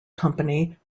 company